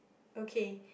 okay